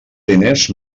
diners